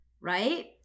Right